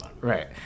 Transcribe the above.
right